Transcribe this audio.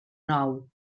nou